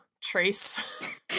trace